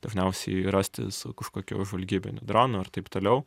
dažniausiai jį rasti su kažkokiu žvalgybiniu dronu ar taip toliau